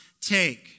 take